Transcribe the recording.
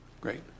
Great